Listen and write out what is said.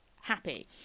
happy